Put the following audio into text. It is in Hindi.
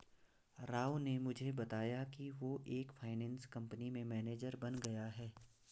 राव ने मुझे बताया कि वो एक फाइनेंस कंपनी में मैनेजर बन गया है